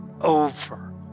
over